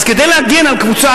אז כדי להגן על קבוצה,